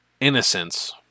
innocence